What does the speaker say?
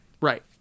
Right